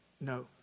no